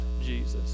Jesus